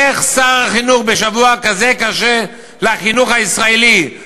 איך שר החינוך בשבוע כזה קשה לחינוך הישראלי,